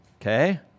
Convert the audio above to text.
Okay